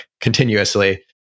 continuously